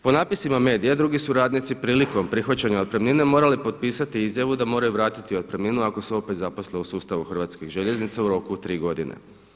Po napisima medija drugi su radnici prilikom prihvaćanja otpremnine morali potpisati izjavu da moraju vratiti otpremninu ako se opet zaposle u sustavu Hrvatskih željeznica u roku od 3 godine.